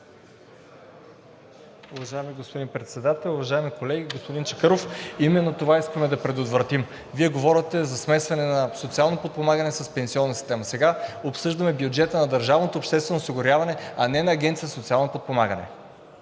Уважаеми господин Председател, уважаеми колеги! Господин Чакъров, именно това искаме да предотвратим. Вие говорите за смесване на социално подпомагане с пенсионна система. Сега обсъждаме бюджета на държавното обществено осигуряване, а не на Агенцията за социално подпомагане.